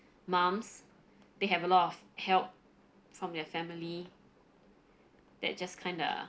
moms they have a lot of help from their family that just kinda